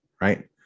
right